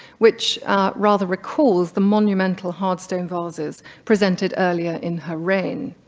which rather recalls the monumental hard stone vases presented earlier in her reign.